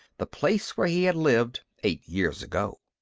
the place where he had lived, eight years ago.